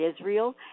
israel